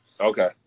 Okay